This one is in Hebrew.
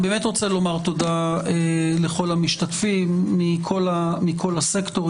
אני באמת רוצה לומר תודה לכל המשתתפים מכל הסקטורים.